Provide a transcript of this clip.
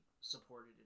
supported